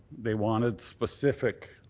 they wanted specific